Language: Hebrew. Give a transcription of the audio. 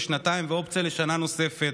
שנתיים ואופציה לשנה נוספת,